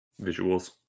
Visuals